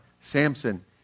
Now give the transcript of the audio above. Samson